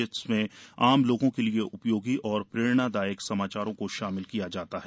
इसमें आम लोगों के लिए उपयोगी और प्रेरणादायक समाचारों को शामिल किया जाता है